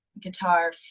guitar